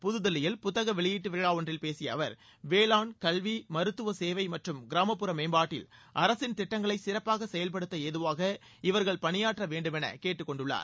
புதுதில்லியில் புத்தக வெளியீட்டு விழா ஒன்றில் பேசிய அவர் வேளாண் கல்வி மருத்துவ சேவை மற்றும் கிராமப்புற மேம்பாட்டில் அரசின் திட்டங்களை சிறப்பாக செயல்படுத்த ஏதுவாக இவர்கள் பணியாற்ற வேண்டும் என கேட்டுக்கொண்டுள்ளார்